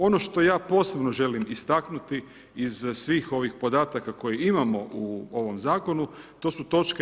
Ono što ja posebno želim istaknuti iz svih ovih podataka koje imamo u ovom Zakonu, to su toč.